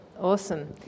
awesome